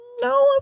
No